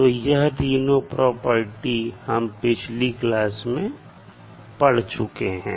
तो यह तीनों प्रॉपर्टी हम पिछली क्लास में पढ़ चुके हैं